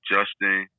Justin